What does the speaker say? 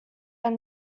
are